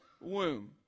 womb